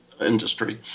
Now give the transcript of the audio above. industry